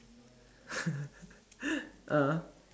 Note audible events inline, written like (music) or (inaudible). (laughs) ah